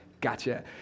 Gotcha